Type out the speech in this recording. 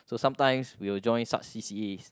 so sometimes we will join such C_c_As